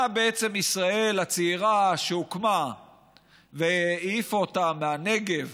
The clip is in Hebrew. באה בעצם ישראל הצעירה כשהוקמה והעיפה אותם מהנגב,